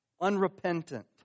Unrepentant